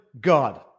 God